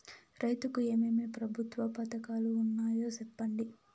రైతుకు ఏమేమి ప్రభుత్వ పథకాలు ఉన్నాయో సెప్పండి?